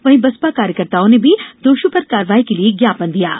वहीं बसपा कार्यकर्ताओं ने भी दोषियों पर कार्रवाई के लिए ज्ञापन दिया है